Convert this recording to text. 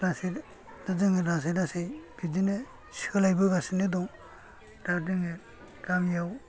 लासै दा जोङो लासै लासै बिदिनो सोलायबोगासिनो दं दा जोङो गामियाव